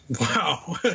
Wow